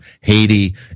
Haiti